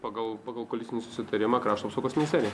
pagal pagal koalicinį sutarimą krašto apsaugos ministerija